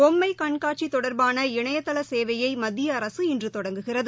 பொம்மைகண்காட்சிதொடர்பான இணையதளசேவையைமத்தியஅரசு இன்றுதொடங்குகிறது